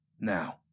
Now